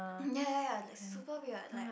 mm ya ya ya like super weird like